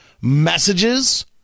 messages